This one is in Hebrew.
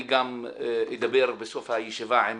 אני גם אדבר בסוף הישיבה עם